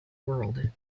world